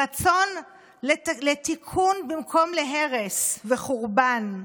הרצון לתיקון במקום להרס וחורבן,